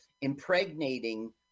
impregnating